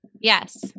Yes